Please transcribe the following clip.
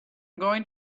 going